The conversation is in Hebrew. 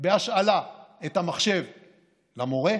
בהשאלה את המחשב למורה,